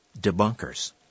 debunkers